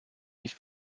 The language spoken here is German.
nicht